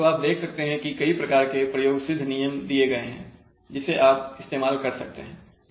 तो आप देख सकते हैं कि कई प्रकार के प्रयोगसिद्ध नियम दिए गए हैं जिसे आप इस्तेमाल कर सकते हैं